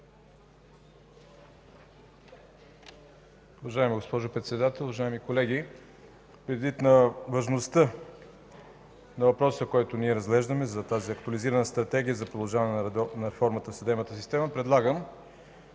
Уважаема госпожо Председател, уважаеми колеги! Предвид важността на въпроса, който ние разглеждаме – за Актуализираната стратегия за продължаване на реформата в съдебната система, предлагам